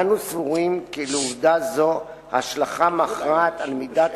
אנו סבורים כי לעובדה זו השלכה מכרעת על מידת